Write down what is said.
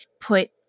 put